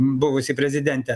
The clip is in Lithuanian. buvusi prezidentė